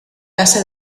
caza